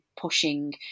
pushing